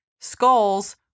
skulls